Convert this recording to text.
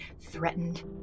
threatened